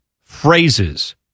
phrases